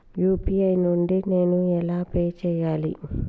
UPI నుండి నేను ఎలా పే చెయ్యాలి?